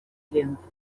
членов